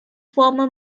former